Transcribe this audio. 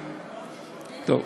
טוב,